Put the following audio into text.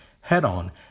head-on